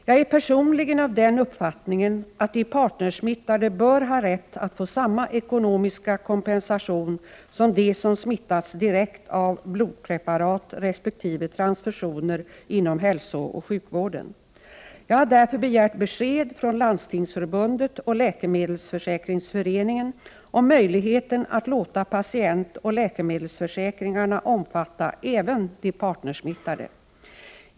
Jag är personligen av den uppfattningen att de partnersmittade bör ha rätt att få samma ekonomiska kompensation som de som smittats direkt av blodpreparat resp. transfusioner inom hälsooch sjukvården. Jag har därför begärt besked från Landstingsförbundet och Läkemedelsförsäkringsföreningen om möjligheten att låta patientoch läkemedelsförsäkringarna omfatta även de partnersmittade.